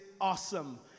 awesome